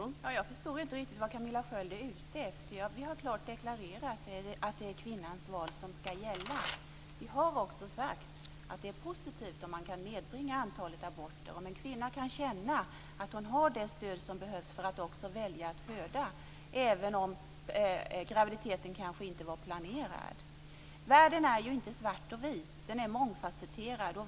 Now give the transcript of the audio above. Fru talman! Jag förstår inte riktigt vad Camilla Sköld är ute efter. Vi har klart deklarerat att det är kvinnans val som skall gälla. Vi har också sagt att det är positivt om antalet aborter kan nedbringas och om en kvinna kan känna att hon har det stöd som behövs för att också välja att föda, även om graviditeten kanske inte var planerad. Världen är ju inte svart och vit, utan den är mångfasetterad.